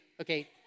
Okay